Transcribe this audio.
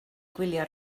gwylio